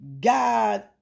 God